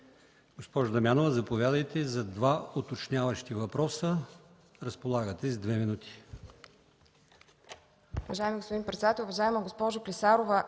Госпожо Дамянова, заповядайте за два уточняващи въпроса. Разполагате с две минути.